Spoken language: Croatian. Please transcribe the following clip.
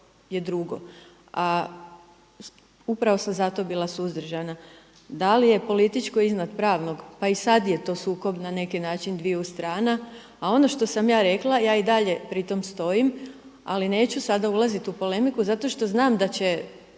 je drugo. A upravo sam zato bila suzdržana. Da li je političko iznad pravnog? Pa i sada je to sukob na neki način dviju strana. A ono što sam ja rekla, ja i dalje pri tome stojim ali neću sada ulaziti u polemiku zato što znam da će